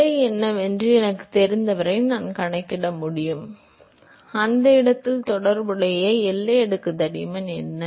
நிலை என்னவென்று எனக்குத் தெரிந்தவரை நான் கணக்கிட முடியும் அந்த இடத்தில் தொடர்புடைய எல்லை அடுக்கு தடிமன் என்ன